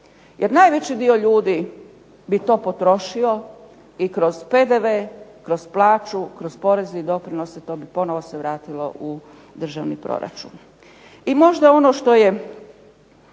jer najveći dio ljudi bi to potrošio i kroz PDV, kroz plaću, kroz porezni doprinos to bi ponovno se vratilo u državni proračun. I možda ono što je